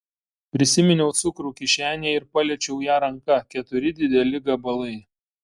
prisiminiau cukrų kišenėje ir paliečiau ją ranka keturi dideli gabalai